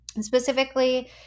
Specifically